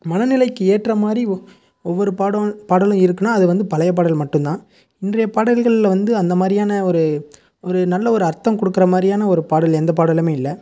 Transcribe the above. மனநிலைக்கு ஏற்ற மாதிரி ஓ ஒவ்வொரு பாடும் பாடலும் இருக்குதுனா அது வந்து பழைய பாடல் மட்டுந்தான் இன்றைய பாடல்கள்ல வந்து அந்த மாதிரியான ஒரு ஒரு நல்ல ஒரு அர்த்தம் கொடுக்கற மாதிரியான ஒரு பாடல் எந்த பாடலுமே இல்லை